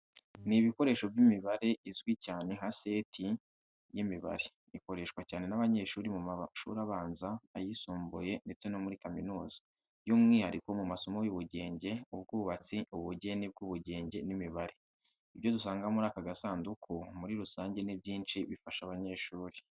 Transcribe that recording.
Ni ibikoresho by'imibare izwi cyane nka seti y'imibare ikoreshwa cyane n’abanyeshuri mu mashuri abanza, ayisumbuye ndetse no muri kaminuza, by'umwihariko mu masomo y'ubugenge ubwubatsi I ubugeni bw'ubugenge n’imibare. Ibyo dusanga muri aka gasunduku muri rusange ni byinshi bifasha abanyeshuri.